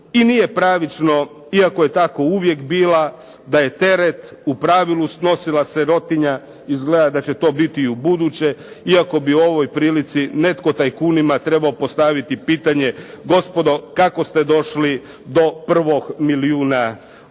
I nije pravično iako je tako uvijek bila, da je teret u pravilu snosila sirotinja. Izgleda da će tako biti i ubuduće. Iako bi u ovoj prilici netko tajkunima trebao postaviti pitanje, gospodo kako ste došli do prvog milijuna eura.